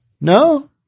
No